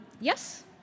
Yes